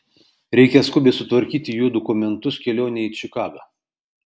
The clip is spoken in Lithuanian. reikia skubiai sutvarkyti jų dokumentus kelionei į čikagą